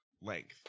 length